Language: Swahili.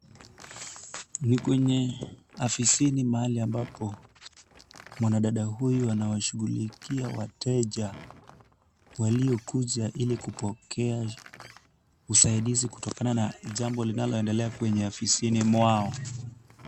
Ni kwenye afisini mahali ambapo mwanadada huyu anawashughulikia wateja, waliokuja ili kupokea usaidizi kutokana na jambo linaloendelea kwenye afisini mwao.